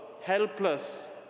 helpless